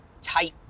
tight